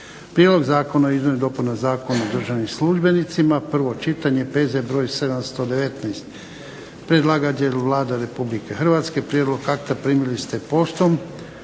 Prijedlog zakona o izmjenama i dopunama Zakona o državnim službenicima, prvo čitanje, P.Z. br. 719 Predlagatelj je Vlada Republike Hrvatske. Prijedlog akta primili ste poštom.